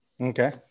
Okay